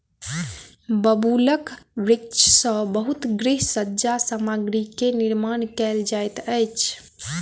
बबूलक वृक्ष सॅ बहुत गृह सज्जा सामग्री के निर्माण कयल जाइत अछि